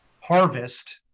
harvest